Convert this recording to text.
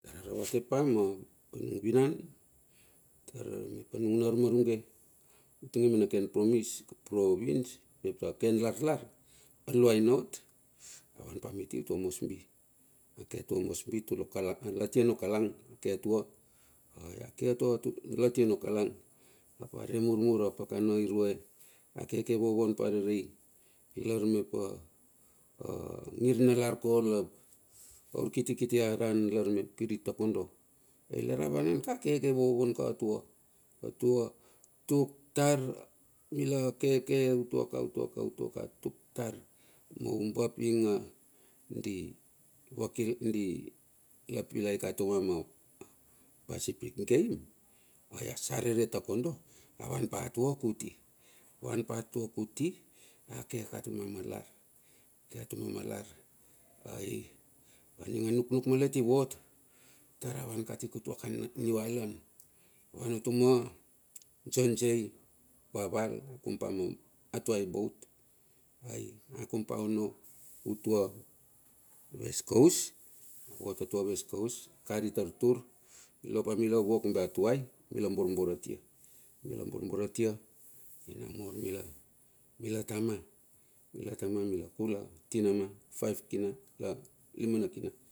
Tara ravate pa manung vinan, mep nung armarunge uti nge ka mena ken province, mep a ken lar lar. Aluaina ot a van pa miti utua moresby. Ake atua moresby tulo kalang, a latia no kalang ake atua, latia no kalang ap a re murmur a pakana irue. Akeke vovon ap arere i lar mep angir nalar kova. Aur kitikiti aran lar mep kiri takondo. Ailar a vanan ap a keke vovon ka atua. Atua tuk tar mila keke utuaka utuaka utuaka. tuk tar mo umbap inga di vakila di la pilai katuma ma pasipik geim. Ai asarere takondo, avan pa tua kuti, avan pa tua kuti, a ke atuma malas, ke atuma malas. Aia ininga nuknuk malet ivot. tara van katikutuaka niu ailan. Avan utuma john. J vaval akum pa me, atuai boat ai akum paono utua west coast. avot atua west coast, a kar i tar tur ilo pa mila vua kumbe atuai. Mila borbor atia, mila borbor atia, ai namur mila tama. Mila tama, mila kul atinama five kina. Lima na kina